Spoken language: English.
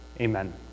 Amen